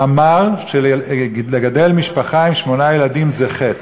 שאמר שלגדל משפחה עם שמונה ילדים זה חטא.